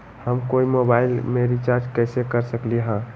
हम कोई मोबाईल में रिचार्ज कईसे कर सकली ह?